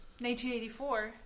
1984